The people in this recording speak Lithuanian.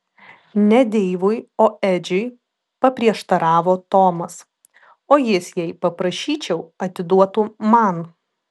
ne deivui o edžiui paprieštaravo tomas o jis jei paprašyčiau atiduotų man